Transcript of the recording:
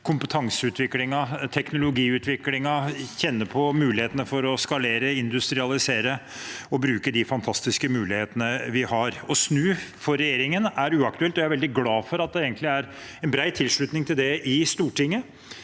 kompetanseutviklingen og teknologiutviklingen, kjenne på mulighetene for å skalere, industrialisere og bruke de fantastiske mulighetene vi har. Å snu er for regjeringen uaktuelt, og jeg er veldig glad for at det egentlig er bred tilslutning til det i Stortinget.